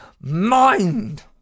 mind